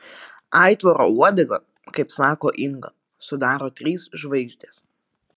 aitvaro uodegą kaip sako inga sudaro trys žvaigždės